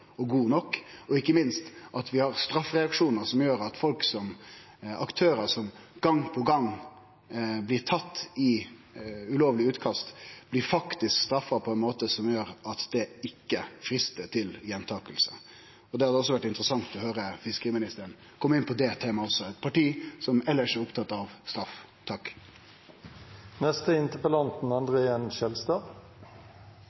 og god nok. Ikkje minst må vi ha straffereaksjonar som gjer at aktørar som gong på gong blir tatt i ulovleg utkast, blir straffa på ein måte som gjer at det ikkje freistar til gjentaking. Det hadde vore interessant å høyre fiskeriministeren også kome inn på det temaet, han som er frå eit parti som elles er opptatt av straff.